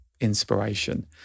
inspiration